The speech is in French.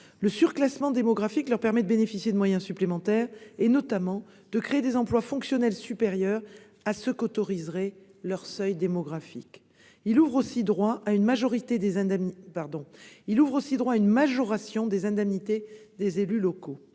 Le surclassement démographique leur permet de bénéficier de moyens supplémentaires et, notamment, de créer des emplois fonctionnels supérieurs à ce qu'autoriserait leur strate démographique. Il ouvre aussi droit à une majoration des indemnités des élus locaux.